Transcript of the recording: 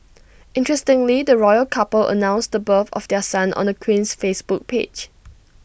interestingly the royal couple announced the birth of their son on the Queen's Facebook page